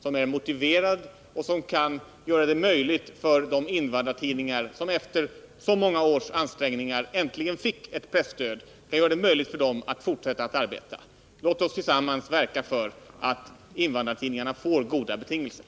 Den är motiverad och kan göra det möjligt för de invandrartidningar som efter så många års ansträngningar äntligen fått ett presstöd att fortsätta att arbeta. Låt oss tillsammans verka för att invandrartidningarna får goda betingelser!